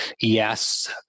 Yes